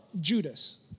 Judas